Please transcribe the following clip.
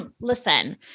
listen